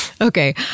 Okay